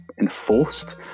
enforced